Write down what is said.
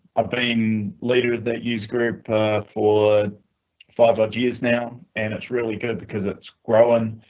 i've been later that use group for five ah years now and it's really good because it's growing a